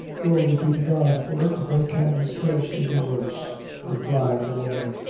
glory be to god for it, they can scarcely be worse replied the woman,